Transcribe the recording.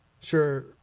Sure